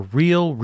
real